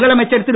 முதலமைச்சர் திரு